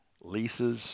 leases